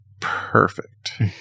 perfect